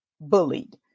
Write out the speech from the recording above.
bullied